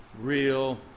real